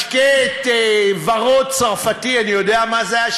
משקה ורוד צרפתי, אני יודע מה זה היה?